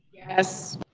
yes.